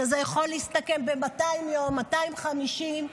שיכולים להסתכם ב-200 יום או 250 יום.